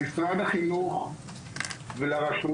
למשרד החינוך ולרשויות.